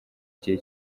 gihe